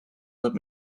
asub